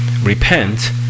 Repent